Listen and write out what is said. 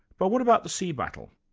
but what about the sea battle?